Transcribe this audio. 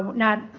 not.